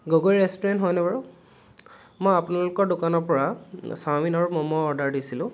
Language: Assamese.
গগৈ ৰেষ্টুৰেণ্ট হয়নে বাৰু মই আপোনালোকৰ দোকানৰপৰা চাওমিন আৰু ম'ম' অৰ্ডাৰ দিছিলোঁ